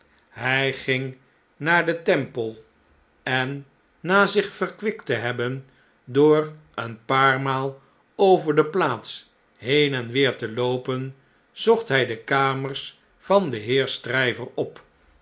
hij ging naar den temple en na zich verkwikt te hebben door een paar maal over de plaats heen en weer te loopen zocht hij de kamers van den heer stryver op